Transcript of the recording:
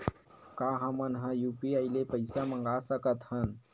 का हमन ह यू.पी.आई ले पईसा मंगा सकत हन?